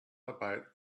about